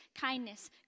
kindness